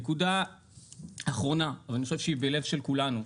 נקודה אחרונה ואני חושב שהיא בלב של כולנו,